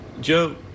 Joe